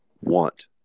want